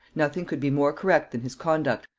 nothing could be more correct than his conduct,